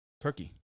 turkey